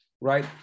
right